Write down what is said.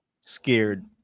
scared